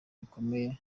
bikomeye